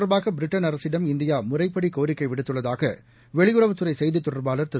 தொடர்பாகபிரிட்டன் இது அரசிடம் இந்தியாமுறைப்படிகோரிக்கைவிடுத்துள்ளதாகவெளியுறவுத்துறைசெய்தித் தொடர்பாளர் திரு